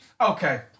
Okay